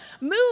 move